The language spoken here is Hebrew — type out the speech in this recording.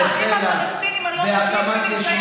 אדון ניצן הורוביץ, בושה וחרפה.